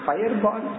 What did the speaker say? Fireball